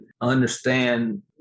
understand